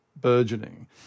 burgeoning